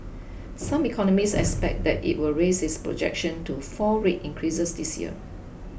some economists expect that it will raise its projection to four rate increases this year